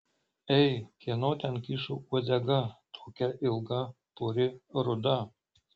ei kieno ten kyšo uodega tokia ilga puri ruda